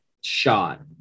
shot